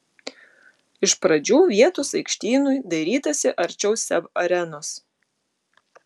iš pradžių vietos aikštynui dairytasi arčiau seb arenos